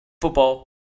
football